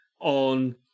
on